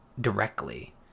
directly